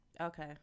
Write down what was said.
okay